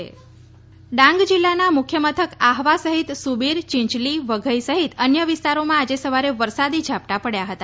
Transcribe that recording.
વરસાદી ઝાપટાં ડાંગ જિલ્લાના મુખ્ય મથક આહવા સહિત સુબીર ચિંચલી વઘઇ સહિત અન્ય વિસ્તારોમાં આજે સવારે વરસાદી ઝાપટાં પડ્યાં હતા